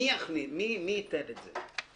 מי ייתן את זה?